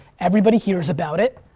everybody hears about it.